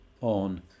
on